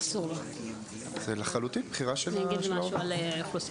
זה לחלוטין בחירה של העובד.